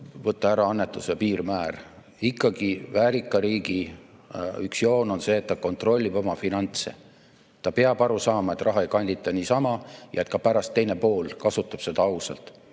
võtta ära annetuse piirmäär. Ikkagi, väärika riigi üks joon on see, et ta kontrollib oma finantse. Ta peab aru saama, et raha ei kandita niisama ja et ka pärast teine pool kasutab seda ausalt.